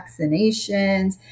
vaccinations